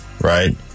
right